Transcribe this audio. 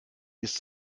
ist